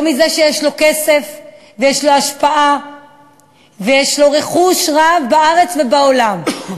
לא מזה שיש לו כסף ויש לו השפעה ויש לו רכוש רב בארץ ובעולם.